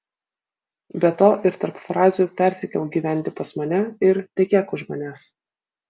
be to ir tarp frazių persikelk gyventi pas mane ir tekėk už manęs